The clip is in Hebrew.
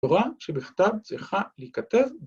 ‫התורה שבכתב צריכה להיכתב.